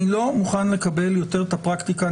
אני לא מוכן לקבל יותר את הפרקטיקה הזאת.